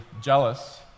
jealous